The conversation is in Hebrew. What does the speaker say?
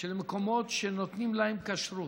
של מקומות שנותנים להם כשרות.